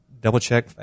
double-check